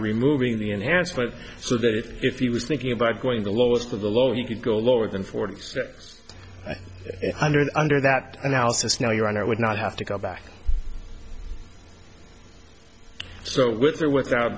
removing the enhancement so that if he was thinking about going the lowest of the low you could go lower than forty six hundred under that analysis now you and i would not have to go back so with or without